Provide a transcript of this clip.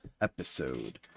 episode